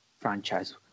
franchise